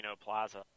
Plaza